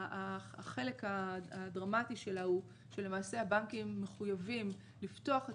החלק הדרמטי שלה הוא שלמעשה הבנקים מחויבים לפתוח את